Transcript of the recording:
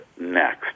next